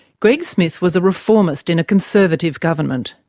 greg smith was a reformist in a conservative government.